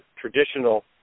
traditional